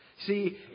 See